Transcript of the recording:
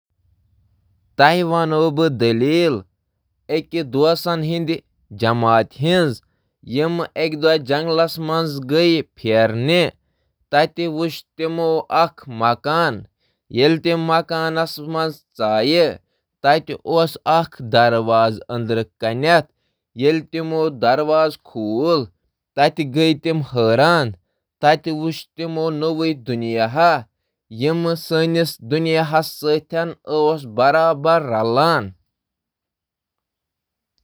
مےٚ چھےٚ دوستن ہٕنٛدِس أکِس گروپس مُتعلِق اکھ دلچسپ دٔلیٖل شٲمِل کرنہٕ خٲطرٕ یِم أکِس مُتوٲزی کائناتس خٲطرٕ اکھ پورٹل ظٲہِر چھِ کران۔ تِم چھِ اَکھ پُراسرار مکانہٕ وٕچھان، تہٕ ییٚلہِ تِم انٛدَر اژان چھِ، تِمَن چھُ اکھ دروازٕ لبنہٕ یِوان۔ ییٚلہِ تِم یہِ دروازٕ کھولان چھِ، تِمَن چھُ أکِس نٔوِس دُنیاہَس سۭتۍ مُقابلہٕ یِوان کرنہٕ یُس تِہنٛدِس پننِس دُنیاہَس س